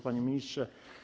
Panie Ministrze!